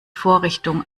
vorrichtung